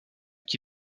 qui